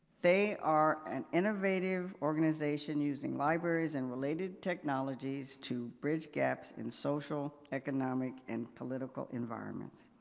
they are an innovative organization using libraries and related technologies to bridge gaps in social, economic, and political environment.